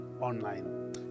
Online